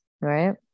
Right